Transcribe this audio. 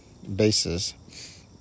Bases